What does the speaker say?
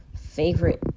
Favorite